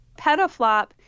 Petaflop